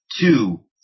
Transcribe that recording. two